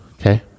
okay